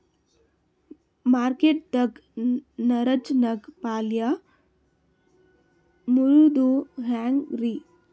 Market ದಾಗ್ ಹರಾಜ್ ನಾಗ್ ಪಲ್ಯ ಮಾರುದು ಹ್ಯಾಂಗ್ ರಿ?